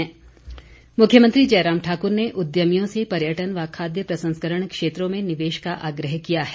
मुख्यमंत्री मुख्यमंत्री जयराम ठाक्र ने उद्यमियों से पर्यटन व खाद्य प्रसंस्करण क्षेत्रों में निवेश का आग्रह किया है